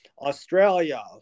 Australia